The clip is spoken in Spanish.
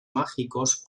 mágicos